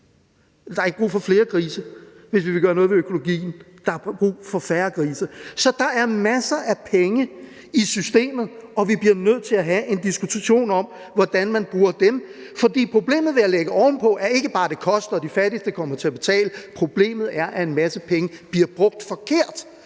der er ikke brug for flere grise, hvis vi vil gøre noget ved økologien; der er brug for færre grise. Så der er masser af penge i systemet, og vi bliver nødt til at have en diskussion om, hvordan man bruger dem. For problemet ved at lægge ovenpå er ikke bare, at det koster, og at de fattigste kommer til at betale, men problemet er, at en masse penge bliver brugt forkert,